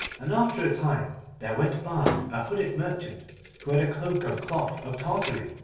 and after a time there went by a hooded merchant who had a cloak of cloth of tartary,